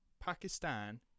Pakistan